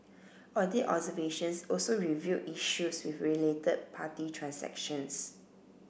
audit observations also revealed issues with related party transactions